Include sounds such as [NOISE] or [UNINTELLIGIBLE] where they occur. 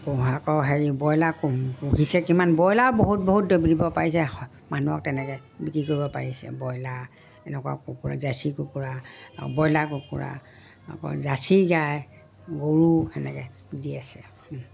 আকৌ হেৰি ব্ৰইলাৰ পুহিছে কিমান ব্ৰইলাৰ বহুত বহুত [UNINTELLIGIBLE] দিব পাৰিছে হয় মানুহক তেনেকে বিক্ৰী কৰিব পাৰিছে ব্ৰইলাৰ এনেকুৱা কুকুৰা জাৰ্চি কুকুৰা ব্ৰইলাৰ কুকুৰা আকৌ জাৰ্চি গাই গৰু সেনেকে দি আছে